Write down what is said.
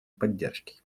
поддержки